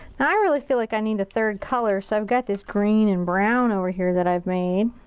i really feel like i need a third color, so i've got this green and brown over here that i've made.